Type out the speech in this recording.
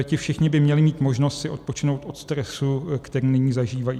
Ti všichni by měli mít možnost si odpočinout od stresu, který nyní zažívají.